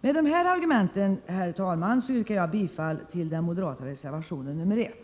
Med dessa argument, herr talman, yrkar jag bifall till den moderata reservationen nr 1.